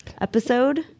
episode